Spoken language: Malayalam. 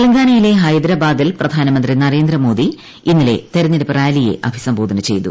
തെലങ്കാനയിലെ ഹൈദരാബാദിൽ പ്രധാനമന്ത്രി നരേന്ദ്രമോദി ഇന്നലെ തെരഞ്ഞെടുപ്പ് റാലിയെ അഭിസംബോധന ചെയ്തു